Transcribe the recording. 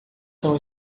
são